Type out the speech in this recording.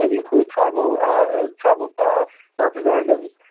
includes tribal tribal ah representatives.